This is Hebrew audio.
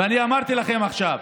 ואני אמרתי לכם עכשיו,